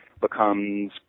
becomes